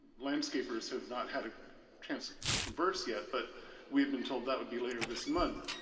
landscapers have not had a chance to converse yet but we've been told that would be later this month.